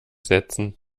setzen